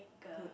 a